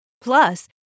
Plus